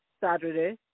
Saturday